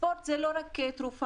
ספורט הוא לא רק תרופה